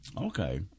Okay